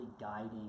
guiding